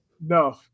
No